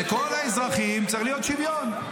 לכל האזרחים צריך להיות שוויון.